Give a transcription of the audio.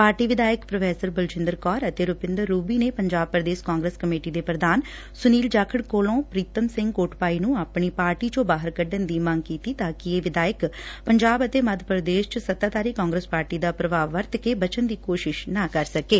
party ਵਿਧਾਇਕ professor Baljinder Kaur ਅਤੇ ਰੁਪਿੰਦਰ ਰੁਬੀ ਨੇ ਪੰਜਾਬ ਪ੍ਰਦੇਸ਼ ਕਾਂਗਰਸ ਕਮੇਟੀ ਦੇ ਪ੍ਰਧਾਨ ਸੁਨੀਲ ਜਾਖੜ ਕੋਲੋ ਪ੍ਰੀਤਮ ਸਿੰਘ ਕੋਟਭਾਈ ਨੂੰ ਆਪਣੀ ਪਾਰਟੀ ਚੋਂ ਬਾਹਰ ਕੱਢਣ ਦੀ ਮੰਗ ਕੀਤੀ ਐ ਤਾਂ ਕਿ ਇਹ ਵਿਧਾਇਕ ਪੰਜਾਬ ਅਤੇ ਮੱਧ ਪ੍ਰਦੇਸ਼ ਚ ਸੱਤਾਧਾਰੀ ਕਾਂਗਰਸ ਪਾਰਟੀ ਦਾ ਪ੍ਰਭਾਵ ਵਰਤ ਕੇ ਬਚਣ ਦੀ ਕੋਸ਼ਿਸ਼ ਨਾ ਕਰ ਸਕੇ